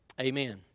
Amen